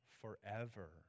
forever